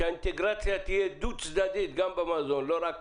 שהאינטגרציה תהיה דו-צדדית גם במזון לא רק